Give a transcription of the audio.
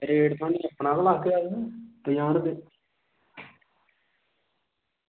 rate केह् दस्सना आं पंजाहं रपे